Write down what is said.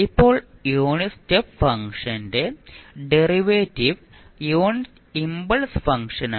ഇപ്പോൾ unit step ഫംഗ്ഷന്റെ derivative unit impulse ഫംഗ്ഷനാണ്